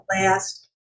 last